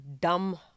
dumb